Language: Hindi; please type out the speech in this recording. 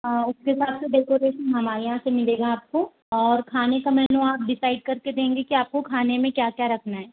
उसके बाद डेकोरेशन हमारे यहाँ से मिलेगा आपको और खाने का मेन्यू आप डिसाइड करके देंगे कि आपको खाने में क्या क्या रखना है